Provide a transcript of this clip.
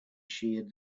sheared